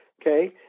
okay